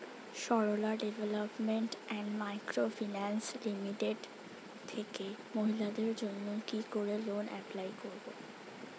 Sarala development and micro finance limited থেকে মহিলাদের জন্য কি করে লোন এপ্লাই করব?